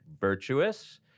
virtuous